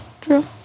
True